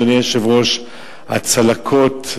אדוני היושב-ראש: הצלקות,